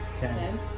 Ten